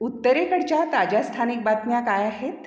उत्तरेकडच्या ताज्या स्थानिक बातम्या काय आहेत